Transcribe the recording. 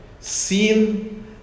seen